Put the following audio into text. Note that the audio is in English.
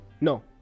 no